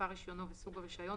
מספר200 רישיונו וסוג הרישיון,